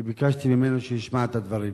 כי ביקשתי ממנו שישמע את הדברים.